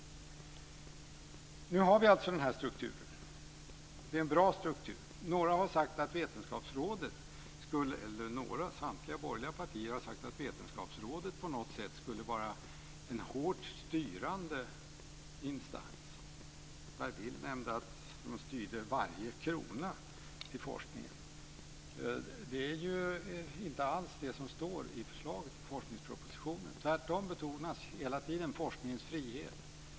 Nu har vi en bra struktur. Samtliga borgerliga partier har sagt att Vetenskapsrådet skulle vara en hårt styrande instans. Per Bill nämnde att rådet styrde varje krona till forskningen. Det är inte alls vad som står i förslaget i forskningspropositionen. Tvärtom betonas hela tiden forskningens frihet.